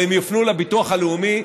הם יופנו לביטוח הלאומי,